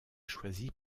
choisie